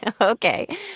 Okay